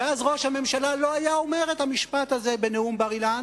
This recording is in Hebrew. ואז ראש הממשלה לא היה אומר את המשפט הזה בנאום בר-אילן